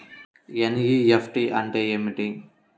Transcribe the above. NEFT అంటే ఏమిటి?